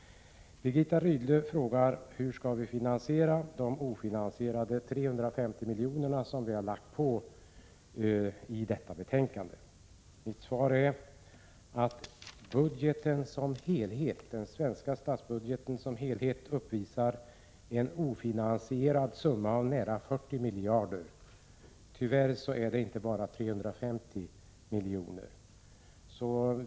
Birgitta Rydle frågar hur det skall bli med de ofinansierade 350 milj.kr. som det talas om i detta betänkande. Mitt svar är att den svenska statsbudgeten visar att summan av ofinansierade pengar totalt sett är nära 40 miljarder — det rör sig alltså tyvärr inte bara om 350 milj.kr.